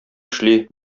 эшли